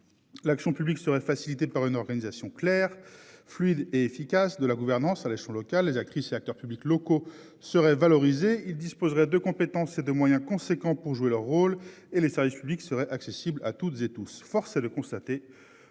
L'action publique serait facilitée par une organisation claire fluide et efficace. De la gouvernance à l'échelon local, les actrices et acteurs publics locaux serait valorisé ils disent. Poserait de compétences et de moyens conséquents pour jouer leur rôle et les services publics serait accessible à toutes et tous, force est de constater